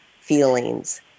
feelings